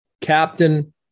Captain